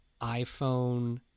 iphone